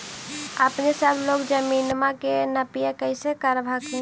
अपने सब लोग जमीनमा के नपीया कैसे करब हखिन?